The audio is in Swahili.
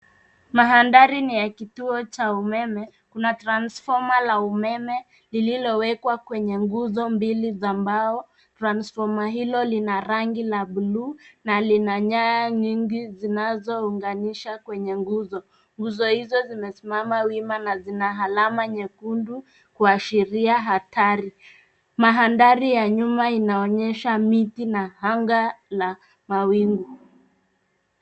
Mandhari ni ya kituo cha umeme. Kuna transfoma la umeme lililowekwa kwenye nguzo mbili za mbao. Transfoma hilo lina rangi la buluu na lina nyaya nyingi zinazounganisha kwenye nguzo. Nguzo hizo zinasimama wima na zina alama nyekundu kuashiria hatari. Mandhari ya nyuma inaonyesha miti na angaa la mawingu.